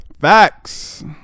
Facts